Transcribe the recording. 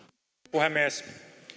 puhemies